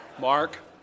Mark